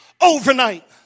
overnight